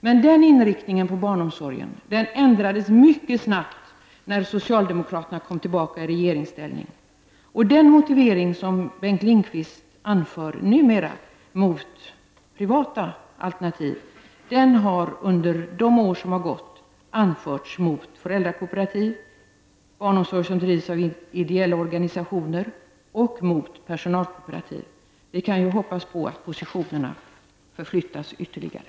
Men den inriktningen på barnomsorgen ändrades mycket snabbt när socialdemokraterna kom tillbaka i regeringsställning. Den motivering som Bengt Lindqvist numera anför mot privata alternativ, den har under de år som har gått anförts mot föräldrakooperativ, barnomsorg som bedrivs av ideella organisationer och mot personalkooperativ. Vi kan ju hoppas på att positionerna förflyttas ytterligare.